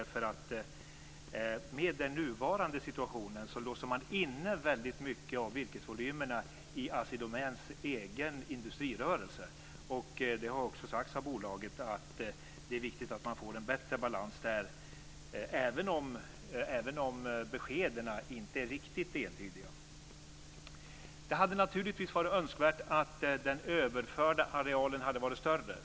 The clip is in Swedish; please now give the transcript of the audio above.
Med den nuvarande situationen låser man inne mycket av virkesvolymerna i Assi Domäns egen industrirörelse. Det har också sagts av bolaget att det är viktigt att man får en bättre balans där, även om beskeden inte är riktigt entydiga. Det hade naturligtvis varit önskvärt att den överförda arealen hade varit större.